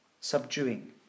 Subduing